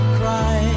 cry